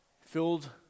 Filled